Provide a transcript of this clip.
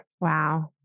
Wow